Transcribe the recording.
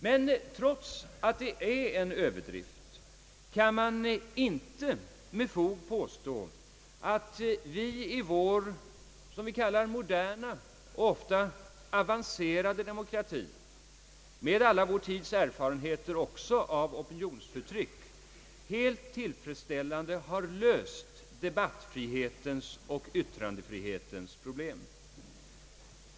Men trots att det är en överdrift, kan man inte hävda att vi i vår, som det sägs, moderna och avancerade demokrati — med alla vår tids erfarenheter också av opinionsförtryck — helt tillfredsställande har löst debattfrihetens och yttrandefrihetens problem.